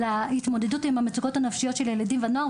להתמודדות עם המצוקות הנפשיות של ילדים ונוער,